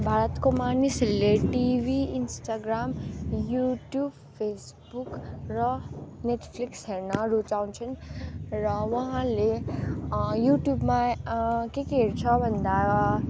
भारतको मानिसहरूले TV Instagram YouTube Facebook र नेटफ्लिक्स हेर्न रुचाउँछन् र उहाँले युट्युबमा के के हेर्छ भन्दा